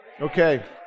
Okay